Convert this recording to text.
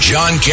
John